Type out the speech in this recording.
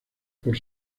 por